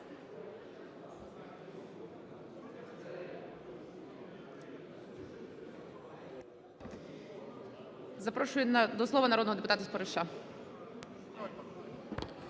Запрошую до слова народного депутата Спориша.